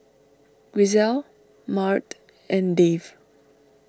Grisel Maud and Dave